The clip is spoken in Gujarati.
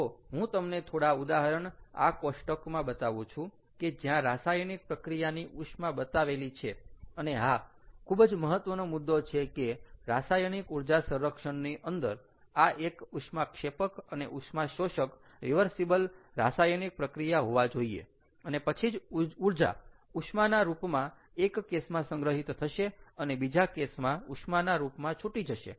તો હું તમને થોડા ઉદાહરણ આ કોષ્ટકમાં બતાવું છુ કે જ્યાં રાસાયણિક પ્રક્રિયાની ઉષ્મા બતાવેલી છે અને હા ખૂબ જ મહત્ત્વનો મુદ્દો છે કે રાસાયણિક ઊર્જા સંરક્ષણની અંદર આ એક ઉષ્માક્ષેપક અને ઉષ્માશોષક રીવર્સીબલ રાસાયણિક પ્રક્રિયા હોવા જોઈએ અને પછી જ ઊર્જા ઉષ્માના રૂપમાં એક કેસમાં સંગ્રહિત થશે અને બીજા કેસમાં ઉષ્માના રૂપમાં છૂટી થશે